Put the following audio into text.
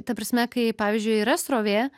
ta prasme kai pavyzdžiui yra srovė